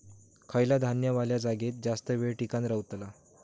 खयला धान्य वल्या जागेत जास्त येळ टिकान रवतला?